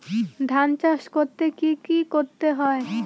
ধান চাষ করতে কি কি করতে হয়?